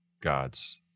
gods